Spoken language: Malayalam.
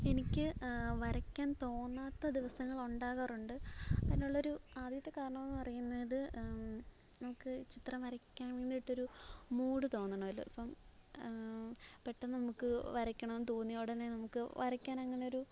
എനിക്ക് വരയ്ക്കാന് തോന്നാത്ത ദിവസങ്ങള് ഉണ്ടാകാറുണ്ട് അതിനുള്ളൊരു ആദ്യത്തെ കാരണമെന്ന് പറയുന്നത് നമുക്ക് ചിത്രം വരയ്ക്കാനായിട്ടൊരു മൂഡ് തോന്നണോലോ ഇപ്പോള് പെട്ടെന്ന് നമുക്ക് വരയ്ക്കണമെന്ന് തോന്നിയ ഉടനെ നമുക്ക് വരക്കാന് അങ്ങനൊരു